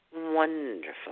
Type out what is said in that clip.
wonderful